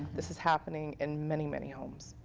this is happening. and many, many homes.